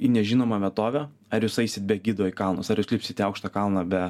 į nežinomą vietovę ar jūs eisit be gido į kalnus ar jūs lipsit į aukštą kalną be